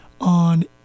on